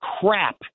crap